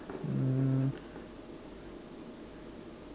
mm